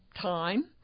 time